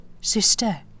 sister